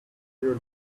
your